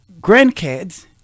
grandkids